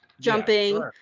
Jumping